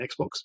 xbox